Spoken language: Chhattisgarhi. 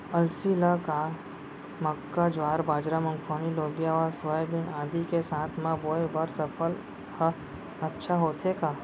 अलसी ल का मक्का, ज्वार, बाजरा, मूंगफली, लोबिया व सोयाबीन आदि के साथ म बोये बर सफल ह अच्छा होथे का?